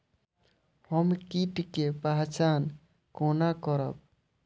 हम कीट के पहचान कोना करब?